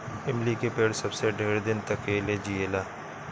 इमली के पेड़ सबसे ढेर दिन तकले जिएला